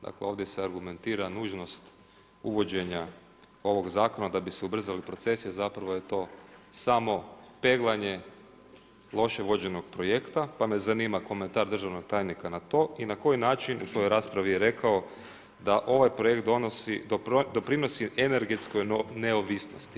Dakle, ovdje se argumentira nužnost uvođenja ovog Zakona da bi se ubrzali procesi, a zapravo je to samo peglanje loše vođenog projekta, pa me zanima komentar državnog tajnika na to i na koji način, u svojoj raspravi je rekao, da ovaj projekt doprinosi energetskoj neovisnosti.